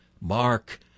Mark